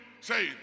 Say